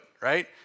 right